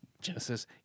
Genesis